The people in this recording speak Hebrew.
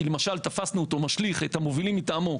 כי למשל תפסנו אותו משליך את המובילים מטעמו,